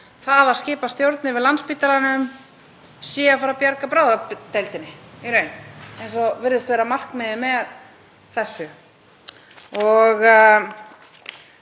það að skipa stjórn yfir Landspítala á að bjarga bráðadeildinni í raun, eins og virðist vera markmiðið með þessu. Ég